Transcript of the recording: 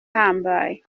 ahambaye